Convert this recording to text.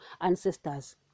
ancestors